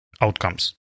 outcomes